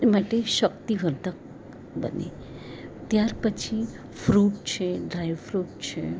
માટે શક્તિવર્ધક બને ત્યાર પછી ફ્રૂટ છે ડ્રાયફ્રૂટ છે